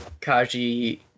Kaji